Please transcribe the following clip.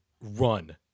run